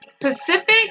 Pacific